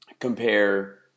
Compare